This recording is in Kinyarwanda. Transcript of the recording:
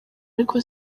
ariko